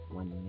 one